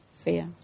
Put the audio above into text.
Fear